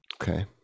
Okay